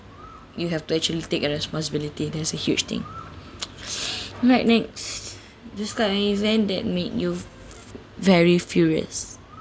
you have to actually take a responsibility that's a huge thing right next describe an event that make very furious